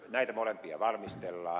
näitä molempia valmistellaan